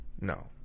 No